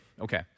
okay